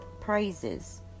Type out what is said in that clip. Praises